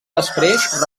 després